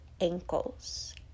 ankles